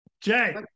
Jay